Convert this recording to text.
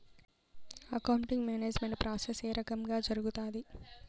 accounting management process ఏ రకంగా జరుగుతాది